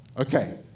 Okay